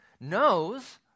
knows